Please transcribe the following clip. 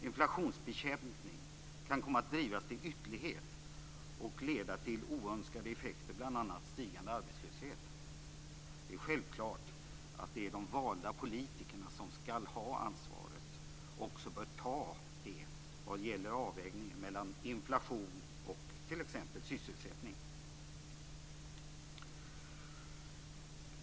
Inflationsbekämpning kan komma att drivas till ytterlighet och leda till oönskade effekter, bl.a. till stigande arbetslöshet. Det är självklart att det är de valda politikerna som skall ha ansvaret och som också bör ta det vad gäller avvägningen mellan inflation och t.ex. sysselsättning.